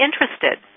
interested